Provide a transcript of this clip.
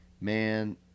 man